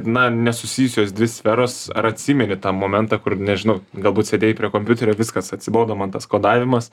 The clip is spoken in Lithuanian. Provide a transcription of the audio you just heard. na nesusijusios dvi sferos ar atsimeni tą momentą kur nežinau galbūt sėdėjai prie kompiuterio viskas atsibodo man tas kodavimas